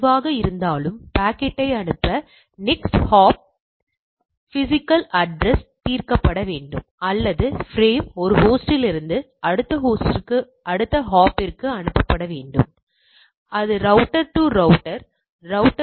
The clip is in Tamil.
இது உங்கள் இயல்நிலைப் பரவல் போலவே ஒரு தொடர் பரவலாகும் ஆனால் அது ஒரு கட்டத்தில் ஈருறுப்புடன் ஓரளவு தொடர்புடையது நாம் உண்மையில் அதற்கு வருவோம்